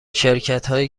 شرکتهایی